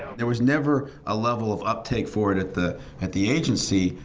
there was never a level of uptake for it at the at the agency,